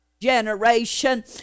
generation